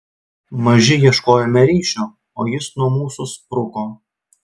maži ieškojome ryšio o jis nuo mūsų spruko